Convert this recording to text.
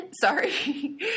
sorry